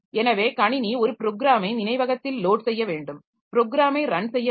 எனவே கணினி ஒரு ப்ரோக்ராமை நினைவகத்தில் லோட் செய்ய வேண்டும் ப்ரோக்ராமை ரன் செய்ய வேண்டும்